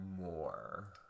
more